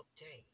obtain